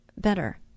better